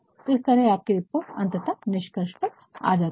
तो इस तरह आपकी रिपोर्ट अंततः निष्कर्ष पर आती है